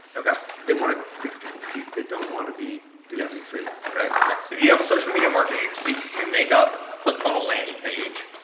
okay. cause they wanna fix people's teeth. they don't wanna be doing these things, right? yes. if you have a social media marketing agency, you make a clickfunnel landing page.